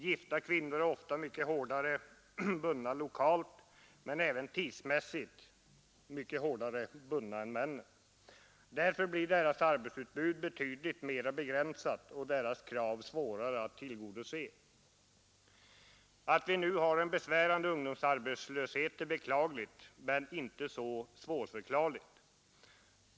Gifta kvinnor är ofta mycket hårdare bundna lokalt, men även tidsmässigt, än männen. Därför blir deras arbetsutbud betydligt mera begränsat och deras krav svårare att tillgodose. Att vi nu har en besvärande ungdomsarbetslöshet är beklagligt men inte svårförklarligt.